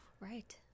Right